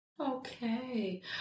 okay